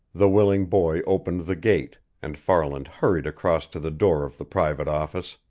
the willing boy opened the gate, and farland hurried across to the door of the private office.